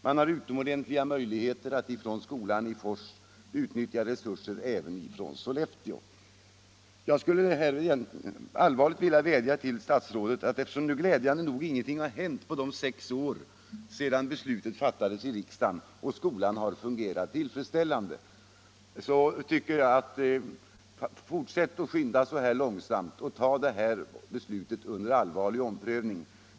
Man har goda möjligheter att från skolan i Fors utnyttja resurser även i Sollefteå. Eftersom glädjande nog ingenting har hänt under de sex år som gått sedan beslutet fattades i riksdagen och eftersom skolan har fungerat tillfredsställande skulle jag vilja vädja till statsrådet att fortsätta att skynda långsamt och ta bes!utet under allvarlig omprövning.